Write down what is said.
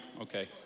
Okay